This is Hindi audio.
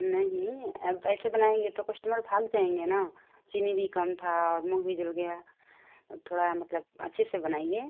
नहीं अब ऐसे बनाएंगे तो कस्टमर भाग जाएंगे ना चीनी भी कम था मुँह भी जल गया थोड़ा मतलब अच्छे से बनाइए